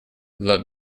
let